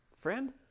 Friend